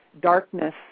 darkness